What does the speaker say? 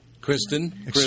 Kristen